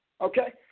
Okay